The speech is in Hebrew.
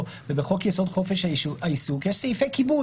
ובחוק יסוד: חופש העיסוק יש סעיפי כיבוד.